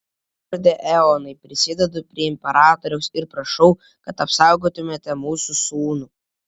lorde eonai prisidedu prie imperatoriaus ir prašau kad apsaugotumėte mūsų sūnų